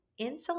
insulin